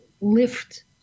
lift